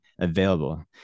available